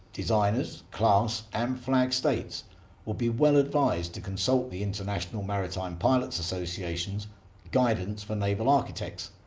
designers, class and flag states will be well advised to consult the international maritime pilots association's guidance for naval architects,